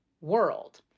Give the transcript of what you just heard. world